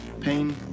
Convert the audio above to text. Pain